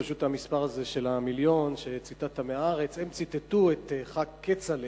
פשוט המספר הזה של המיליון שציטטת מ"הארץ" הם ציטטו את חבר הכנסת כצל'ה